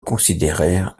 considérèrent